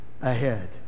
ahead